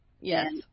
Yes